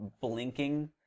blinking